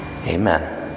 Amen